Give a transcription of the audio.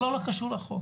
לא, לא קשור לחוק.